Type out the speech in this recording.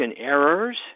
errors